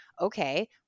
Okay